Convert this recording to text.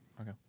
Okay